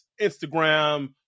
Instagram